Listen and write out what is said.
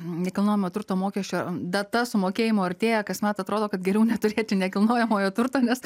nekilnojamo turto mokesčio data sumokėjimo artėja kasmet atrodo kad geriau neturėti nekilnojamojo turto nes